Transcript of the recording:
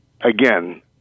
Again